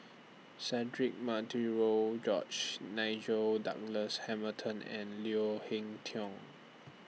Cedric Monteiro George Nigel Douglas Hamilton and Leo Hee Tong